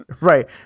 Right